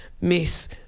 Miss